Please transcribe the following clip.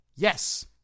Yes